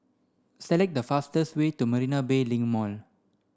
select the fastest way to Marina Bay Link Mall